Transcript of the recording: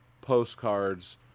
Postcards